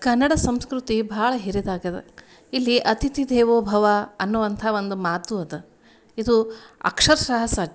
ಕನ್ನಡದ ಸಂಸ್ಕೃತಿ ಭಾಳ ಹಿರಿದಾಗಿದೆ ಇಲ್ಲಿ ಅತಿಥಿ ದೇವೋಭವ ಅನ್ನುವಂಥ ಒಂದು ಮಾತು ಅದ ಇದು ಅಕ್ಷರಶಃ ಸತ್ಯ